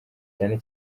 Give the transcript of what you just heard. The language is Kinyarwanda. cyane